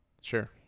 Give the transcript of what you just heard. Sure